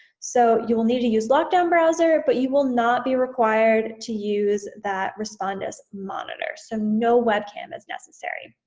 so you will need to use lockdown browser, but you will not be required to use that respondus monitor. so no webcam is necessary.